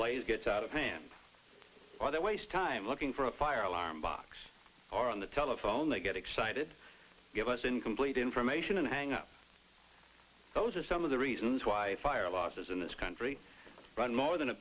blaze gets out of hand or they waste time looking for a fire alarm box or on the telephone they get excited give us incomplete information and hang up those are some of the reasons why fire losses in this country run more than a